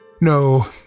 No